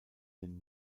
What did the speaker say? den